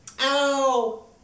Ow